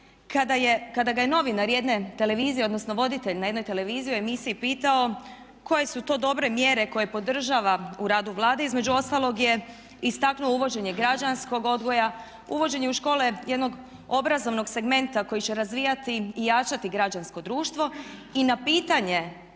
kada ga je novinar jedne televizije, odnosno voditelj na jednoj televiziji u emisiji pitao koje su to dobre mjere koje podržava u radu Vlade između ostalog je istaknuo uvođenje građanskog odgoja, uvođenje u škole jednog obrazovnog segmenta koji će razvijati i jačati građansko društvo i na pitanje